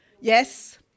Yes